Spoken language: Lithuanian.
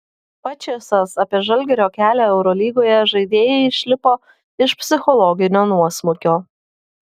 pačėsas apie žalgirio kelią eurolygoje žaidėjai išlipo iš psichologinio nuosmukio